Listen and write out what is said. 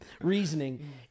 reasoning